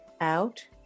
Out